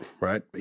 right